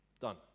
done